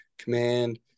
command